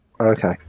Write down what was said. okay